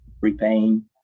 repaying